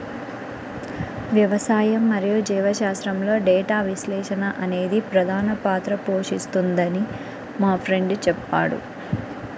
వ్యవసాయం మరియు జీవశాస్త్రంలో డేటా విశ్లేషణ అనేది ప్రధాన పాత్ర పోషిస్తుందని మా ఫ్రెండు చెప్పాడు